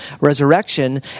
resurrection